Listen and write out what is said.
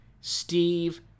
Steve